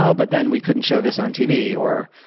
ah but then we couldn't show this on tv, or,